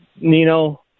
Nino